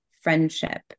friendship